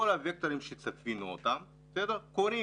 כל הווקטורים שצפינו אותם קורים